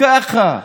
ככה.